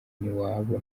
n’iwabo